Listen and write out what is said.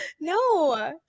No